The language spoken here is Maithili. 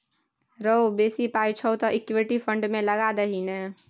रौ बेसी पाय छौ तँ इक्विटी फंड मे लगा दही ने